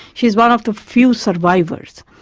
she is one of the few survivors.